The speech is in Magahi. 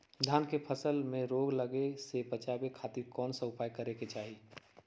धान के फसल में रोग लगे से बचावे खातिर कौन उपाय करे के चाही?